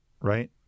Right